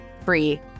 free